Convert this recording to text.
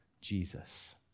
Jesus